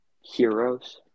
heroes